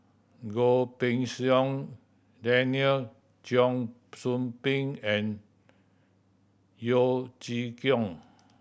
Goh Pei Siong Daniel Cheong Soo Pieng and Yeo Chee Kiong